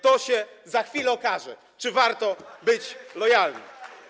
To się za chwilę okaże, czy warto być lojalnym.